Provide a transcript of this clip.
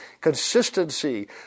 Consistency